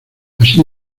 así